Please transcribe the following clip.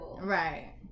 Right